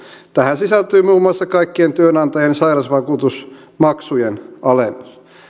tähän sisältyy muun muassa kaikkien työnantajien sairausvakuutusmaksujen alennus